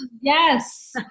Yes